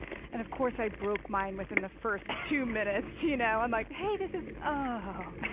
and of course i broke mine within the first two minutes. you know i'm like, hey, this is ohh.